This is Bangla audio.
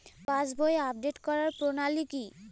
পাসবই আপডেট করার প্রণালী কি?